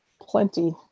plenty